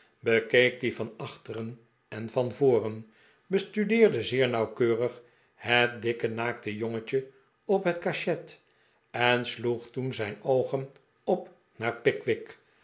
bekeek dien van achteren en van voren bestudecrde zeer nauwkeurig het dikke naakte jongetje op het cachet en sloeg toen zijn oogen op naar